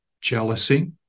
Jealousy